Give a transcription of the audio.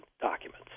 documents